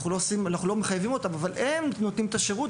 אנחנו לא מחייבים אותם, אבל הם נותנים את השירות.